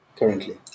Currently